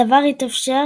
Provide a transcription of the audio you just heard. הדבר התאפשר,